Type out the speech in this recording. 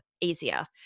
easier